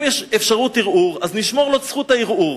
אם יש אפשרות ערעור, נשמור לו את זכות הערעור.